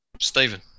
Stephen